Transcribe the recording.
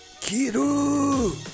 Kiru